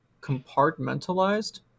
compartmentalized